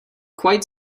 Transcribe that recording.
quite